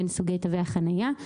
בין סוגי תווי החניה.